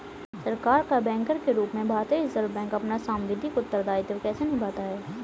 सरकार का बैंकर के रूप में भारतीय रिज़र्व बैंक अपना सांविधिक उत्तरदायित्व कैसे निभाता है?